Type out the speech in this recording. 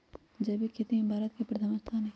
जैविक खेती में भारत के प्रथम स्थान हई